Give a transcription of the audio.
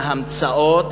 ההמצאות,